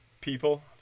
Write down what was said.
people